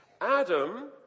Adam